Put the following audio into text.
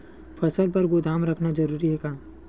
फसल बर गोदाम रखना जरूरी हे का?